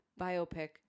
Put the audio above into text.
biopic